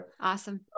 awesome